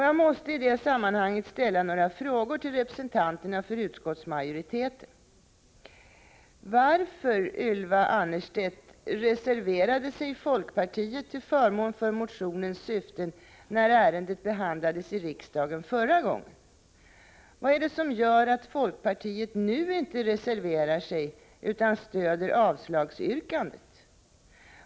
Jag måste i det sammanhanget ställa några frågor till representanterna för utskottsmajoriteten: Varför, Ylva Annerstedt, reserverade sig folkpartiet till förmån för motionens syften, när ärendet behandlades i riksdagen förra gången? Vad är det som gör att folkpartiet nu inte reserverar sig utan stöder avslagsyrkandet?